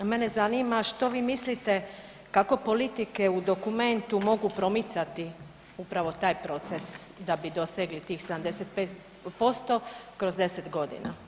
Mene zanima što vi mislite, kako politike u dokumentu mogu promicati upravo taj proces da bi dosegli tih 75% kroz 10 godina?